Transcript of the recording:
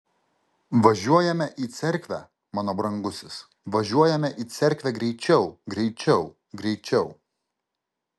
važiuojame į cerkvę mano brangusis važiuojame į cerkvę greičiau greičiau greičiau